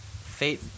Fate